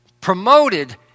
promoted